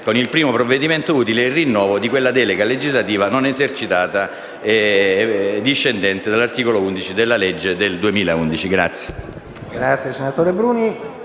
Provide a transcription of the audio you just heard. con il primo provvedimento utile, il rinnovo di quella delega legislativa non esercitata e discendente dall'articolo 11 della legge n. 217 del